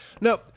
No